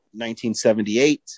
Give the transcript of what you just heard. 1978